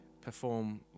perform